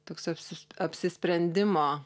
toks apsis apsisprendimo